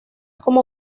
como